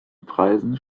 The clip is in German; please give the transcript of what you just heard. preisen